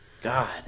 God